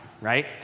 right